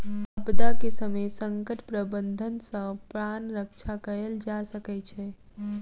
आपदा के समय संकट प्रबंधन सॅ प्राण रक्षा कयल जा सकै छै